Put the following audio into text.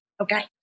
okay